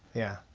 yeah,